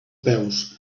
peus